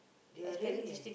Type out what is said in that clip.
they are really eh